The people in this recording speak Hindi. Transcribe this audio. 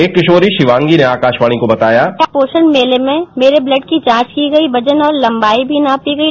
एक किशोरी शिवांगी ने आकाशवाणी को बताया पोषण मेले में मेरे ब्लड की जांच की गई वजन और लंबाई भी नापी गई